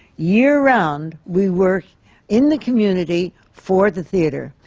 year-round we work in the community for the theatre.